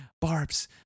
barbs